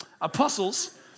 apostles